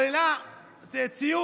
העלה ציוץ,